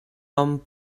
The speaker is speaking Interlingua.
non